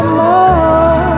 more